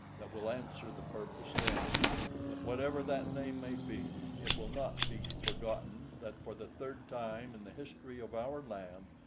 that will answer the purpose then but whatever that name may be, it will not be forgotten that, for the third time in the history of our land,